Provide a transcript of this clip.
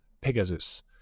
Pegasus